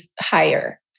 higher